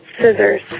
Scissors